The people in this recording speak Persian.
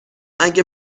اگه